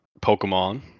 Pokemon